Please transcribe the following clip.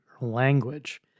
language